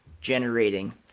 generating